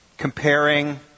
Comparing